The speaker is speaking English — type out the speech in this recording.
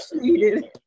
needed